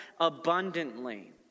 abundantly